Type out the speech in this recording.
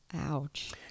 ouch